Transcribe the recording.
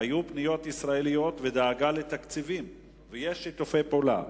היו פניות ישראליות ודאגה לתקציבים ויש שיתופי פעולה.